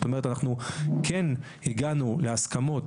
אנחנו הגענו להסכמות